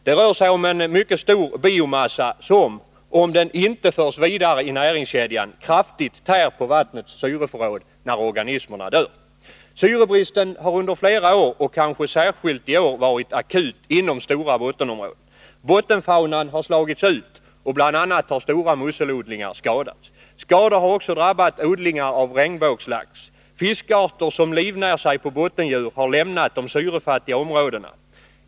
Det rör sig om en mycket stor biomassa som, om den inte förs vidare i näringskedjan, kraftigt tär på vattnets syreförråd när organismerna dör. Syrebristen har under flera år och kanske särskilt i år varit akut inom stora bottenområden. Bottenfaunan har slagits ut, och bl.a. har stora musselodlingar skadats. Skador har också drabbat odlingar av regnbågslax. Fiskarter som livnär sig på bottendjur har lämnat de syrefattiga områdena.